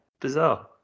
Bizarre